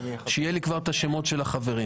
שיהיה לי כבר את השמות של החברים.